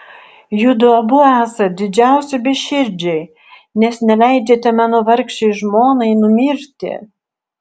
judu abu esat didžiausi beširdžiai nes neleidžiate mano vargšei žmonai numirti